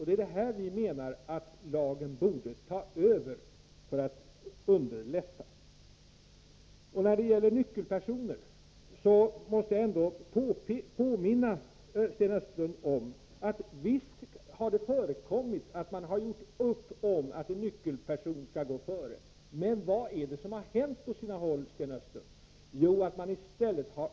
Det är här vi menar att lagen borde ta över, för att underlätta möjligheterna till provanställning. När det gäller nyckelpersoner: Visst har det förekommit att man har gjort upp om att en nyckelperson skall gå före, men vad är det då som har hänt på sina håll, Sten Östlund?